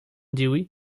dewey